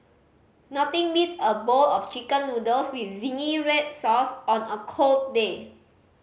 nothing beats a bowl of Chicken Noodles with zingy red sauce on a cold day